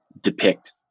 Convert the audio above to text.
depict